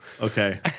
Okay